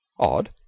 odd